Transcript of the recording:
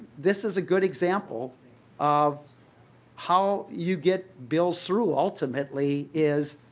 this is a good example of how you get bills through ultimately. is